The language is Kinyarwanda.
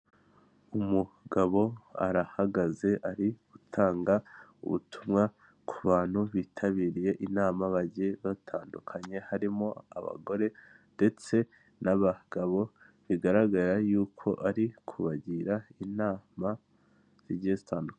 Umugabo arahagaze ari gutanga ubutumwa ku bantu bitabiriye inama bagiye batandukanye, harimo abagore ndetse n'abagabo bigaragara yuko ari kubagira inama zigiye zitandukanye.